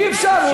אי-אפשר.